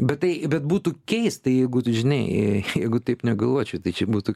bet tai bet būtų keista jeigu tu žinai jeigu taip negalvočiau tai čia būtų